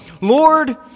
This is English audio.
Lord